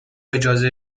اجازه